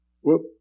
Whoop